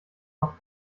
noch